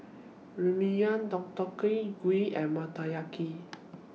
Ramyeon Deodeok Gui and Motoyaki